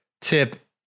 tip